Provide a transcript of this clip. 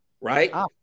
right